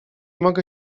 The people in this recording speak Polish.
mogę